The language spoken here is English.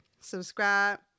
subscribe